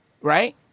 Right